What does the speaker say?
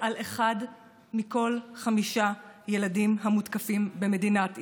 על אחד מכל חמישה ילדים שמותקף במדינת ישראל,